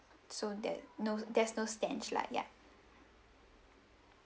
so that no there's no stench lah ya